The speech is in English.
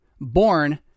born